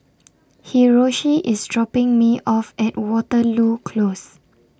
Hiroshi IS dropping Me off At Waterloo Close